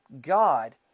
God